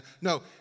No